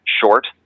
short